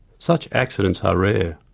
such accidents are rare.